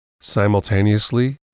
simultaneously